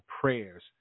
prayers